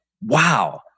wow